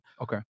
Okay